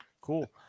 Cool